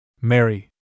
Mary